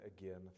again